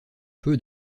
peu